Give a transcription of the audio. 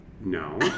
No